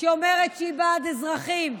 שאומרת שהיא בעד אזרחים,